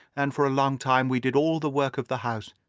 and for a long time we did all the work of the house.